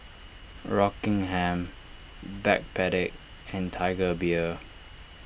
Rockingham Backpedic and Tiger Beer